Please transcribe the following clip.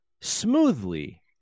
smoothly